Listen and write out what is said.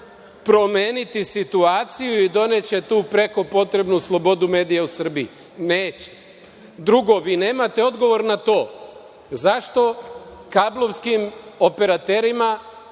promeniti situaciju i doneće tu preko potrebnu slobodu medija u Srbiji. Neće. Drugo, vi nemate odgovor na to – zašto kablovskim operaterima